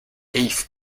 eighth